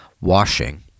washing